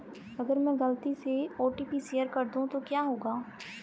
अगर मैं गलती से ओ.टी.पी शेयर कर दूं तो क्या होगा?